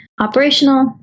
operational